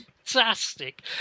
Fantastic